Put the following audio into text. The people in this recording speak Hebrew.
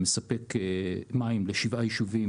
שמספק מים לשבעה יישובים